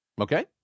Okay